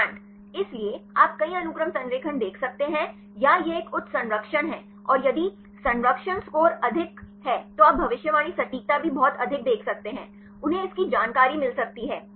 strand इसलिए आप कई अनुक्रम संरेखण देख सकते हैं या यह एक उच्च संरक्षण है और यदि संरक्षण स्कोर अधिक है तो आप भविष्यवाणी सटीकता भी बहुत अधिक देख सकते हैं उन्हें इसकी जानकारी मिल सकती है